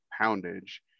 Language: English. poundage